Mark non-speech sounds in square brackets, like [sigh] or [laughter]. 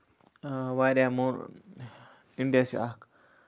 آ واریاہ [unintelligible] اِنڈیا چھُ اکھ